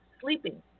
sleeping